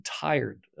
tired